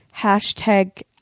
hashtag